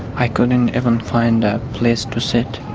i couldn't even find a place to sit,